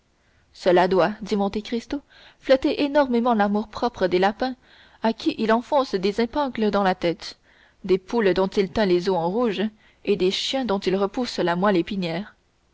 cela doit dit monte cristo flatter énormément l'amour-propre des lapins à qui il enfonce des épingles dans la tête des poules dont il teint les os en rouge et des chiens dont il repousse la